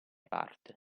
parte